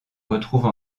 retrouve